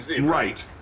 right